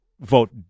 vote